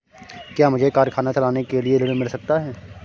क्या मुझे कारखाना चलाने के लिए ऋण मिल सकता है?